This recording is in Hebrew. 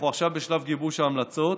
אנחנו עכשיו בשלב גיבוש ההמלצות.